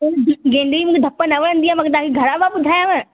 गेंदे जो धप न वणंदी आहियां मां तव्हांखे घणा बार ॿुधायंव